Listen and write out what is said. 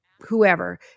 whoever